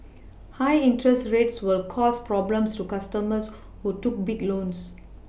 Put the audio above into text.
high interest rates will cause problems to customers who took big loans